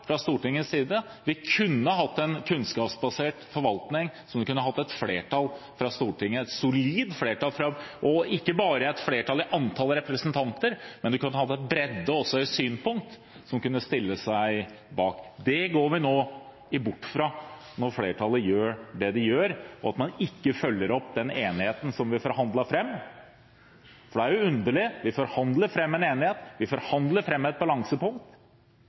Vi kunne hatt en kunnskapsbasert forvaltning som et solid flertall på Stortinget kunne stille seg bak – ikke bare et flertall i antall representanter, men også en bredde i synspunkt. Det går vi nå bort fra når flertallet gjør det de gjør, og ikke følger opp enigheten vi forhandlet fram. For det er jo underlig: Vi forhandler fram en enighet, vi forhandler fram et balansepunkt,